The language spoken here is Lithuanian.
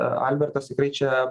albertas tikrai čia